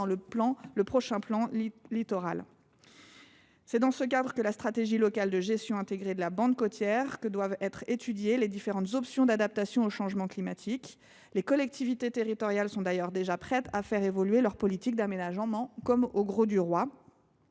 le prochain plan littoral. C’est dans ce cadre d’une stratégie locale de gestion intégrée de la bande côtière que doivent être étudiées les différentes options d’adaptation au changement climatique. Les collectivités territoriales sont d’ailleurs déjà prêtes à faire évoluer leur politique d’aménagement, comme au Grau du Roi.